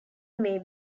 may